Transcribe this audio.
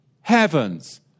heavens